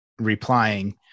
replying